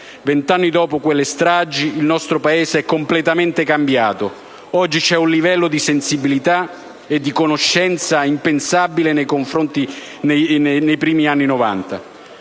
Vent'anni dopo quelle stragi, il nostro Paese è completamente cambiato: oggi c'è un livello di sensibilità e di conoscenza impensabile nei primi anni '90.